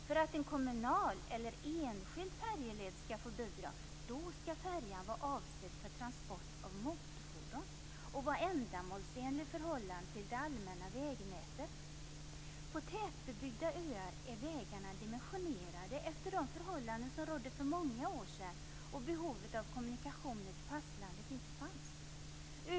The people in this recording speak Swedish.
För att en kommunal eller enskild färjeled skall få bidrag skall färjan vara avsedd för transport av motorfordon och vara ändamålsenlig i förhållande till det allmänna vägnätet. På tätbebyggda öar är vägarna dimensionerade efter de förhållanden som rådde för många år sedan, då man inte hade samma behov av kommunikationer med fastlandet.